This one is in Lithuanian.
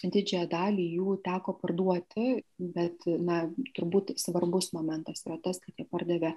didžiąją dalį jų teko parduoti bet na turbūt svarbus momentas yra tas kad jie pardavė